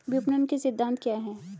विपणन के सिद्धांत क्या हैं?